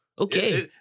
Okay